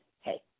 hey